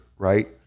Right